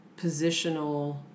positional